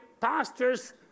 pastor's